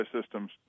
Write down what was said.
systems